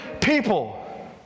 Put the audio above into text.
people